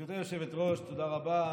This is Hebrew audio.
גברתי היושבת-ראש, תודה רבה.